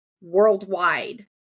worldwide